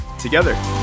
together